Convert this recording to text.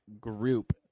group